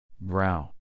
Brow